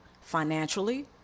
financially